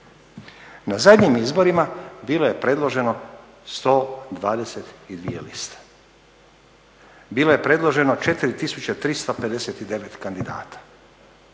Na zadnjim izborima bilo je predloženo 122 liste, bilo je predloženo 4359 kandidata.